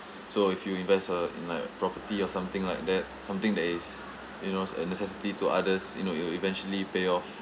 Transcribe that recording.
so if you invest uh in like property or something like that something that is you know a necessity to others you know it will eventually pay off